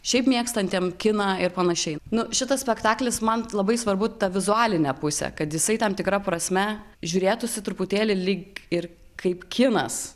šiaip mėgstantiem kiną ir panašiai nu šitas spektaklis man labai svarbu ta vizualinė pusė kad jisai tam tikra prasme žiūrėtųsi truputėlį lyg ir kaip kinas